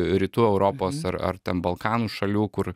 rytų europos ar ar ten balkanų šalių kur